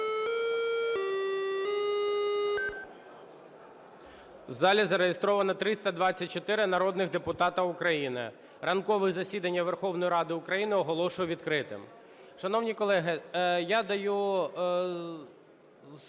В залі зареєстровано 324 народні депутати України. Ранкове засідання Верховної Ради України оголошую відкритим.